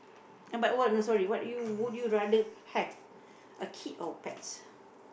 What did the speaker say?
uh but oh no sorry what you would you rather have a kid or pets